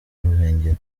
ruhengeri